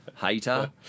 Hater